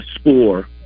score